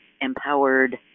empowered